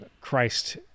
Christ